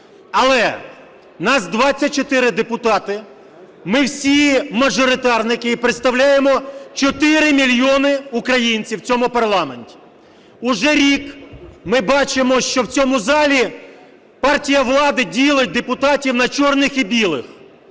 Але нас 24 депутати, ми всі – мажоритарники і представляємо 4 мільйони українців в цьому парламенті. Вже рік ми бачимо, що в цьому залі партія влади ділить депутатів на чорних і білих.